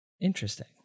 Interesting